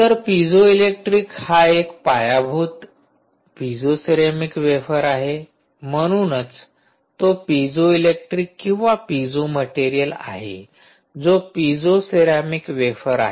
तर पिझोइलेक्ट्रिक हा एक पायाभूत पिझोसिरॅमिक वेफर आहे म्हणूनच तो पिझोइलेक्ट्रिक किंवा पिझो मटेरियल आहे जो पिझोसिरॅमिक वेफर आहे